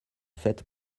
faite